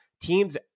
teams